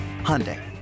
Hyundai